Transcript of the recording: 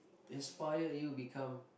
inspire you become